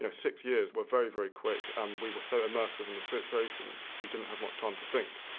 you know six years were very, very quick and we were so immersed within the situation we didn't have much time to think.